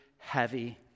Heavy